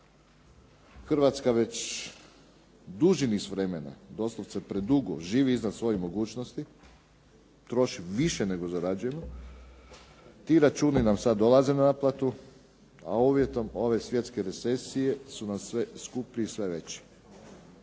Hrvatska već duži niz vremena, doslovce predugo živi iznad svojih mogućnosti, troši više nego zarađujemo, ti računi nam sad dolaze na naplatu, a uvjetom ove svjetske recesije su nam se skupili sve veći.